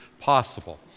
possible